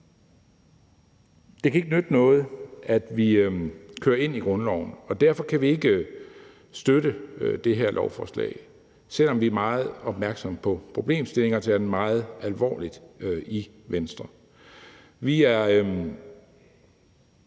det kan ikke nytte noget, at vi kører ind i grundloven, og derfor kan vi ikke støtte det her beslutningsforslag, selv om vi er meget opmærksomme på problemstillingen og tager den meget alvorligt i Venstre. Vi har